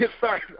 Sorry